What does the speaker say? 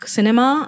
Cinema